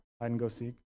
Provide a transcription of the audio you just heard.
Hide-and-go-seek